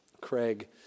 Craig